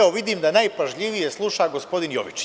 Vidim da najpažljivije sluša gospodin Jovičić.